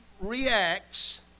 reacts